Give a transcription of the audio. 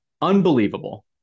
Unbelievable